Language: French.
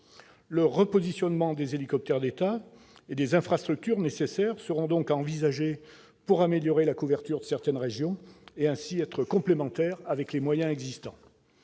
Le repositionnement des hélicoptères d'État et des infrastructures nécessaires devra donc être envisagé pour améliorer la couverture de certaines régions, et ainsi pour qu'ils soient complémentaires des moyens existants.